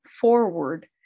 forward